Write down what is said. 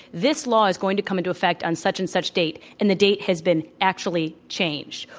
this law is going to come into effect on such and such date, and the date has been actually changed,